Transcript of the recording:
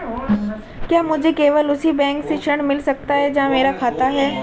क्या मुझे केवल उसी बैंक से ऋण मिल सकता है जहां मेरा खाता है?